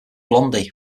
blondie